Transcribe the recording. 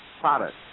product